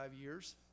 years